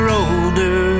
older